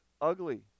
ugly